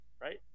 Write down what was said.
right